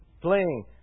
playing